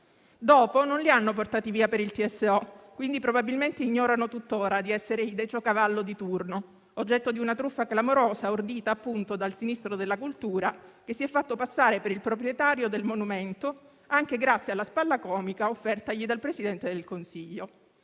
Dopo non li hanno portati via per il TSO, per cui probabilmente ignorano tutt'ora di essere i Decio Cavallo di turno, oggetto di una truffa clamorosa, ordita appunto dal Ministro della cultura, che si è fatto passare per il proprietario del monumento, anche grazie alla spalla comica offertagli dal Presidente del Consiglio.